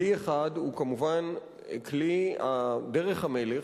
כלי אחד הוא כמובן כלי דרך המלך,